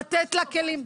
לתת לה כלים?